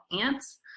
ANTS